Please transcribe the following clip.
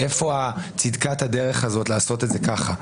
מאיפה צדקת הדרך הזאת לעשות את זה כך?